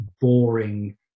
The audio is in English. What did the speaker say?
boring